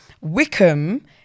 Wickham